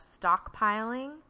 stockpiling